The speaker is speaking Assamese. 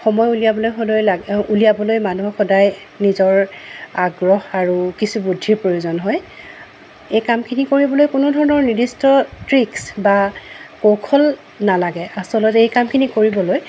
সময় উলিয়াবলৈ হ'লয় উলিয়াবলৈ মানুহক সদায় নিজৰ আগ্ৰহ আৰু কিছু বুদ্ধিৰ প্ৰয়োজন হয় এই কামখিনি কৰিবলৈ কোনো ধৰণৰ নিৰ্দিষ্ট ট্ৰিক্ছ বা কৌশল নালাগে আচলতে এই কামখিনি কৰিবলৈ